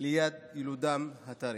ליד יילודם הטרי.